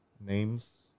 names